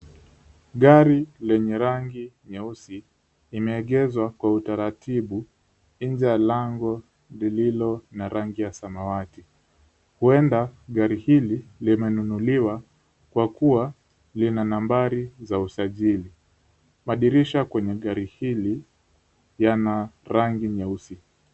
Gari lenye rangi nyeusi imeegezwa kwa utaratibu nje ya lango lililo na rangi ya samawati. Huenda gari hili limenunuliwa kwa kuwa lina nambari za usajili. Madirisha kwenye gari hili yana rangi nyeusi.